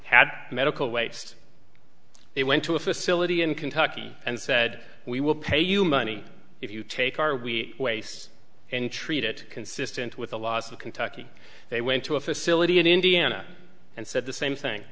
had medical waste they went to a facility in kentucky and said we will pay you money if you take our we waste and treat it consistent with the laws of kentucky they went to a facility in indiana and said the same thing